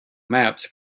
maps